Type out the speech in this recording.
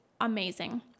amazing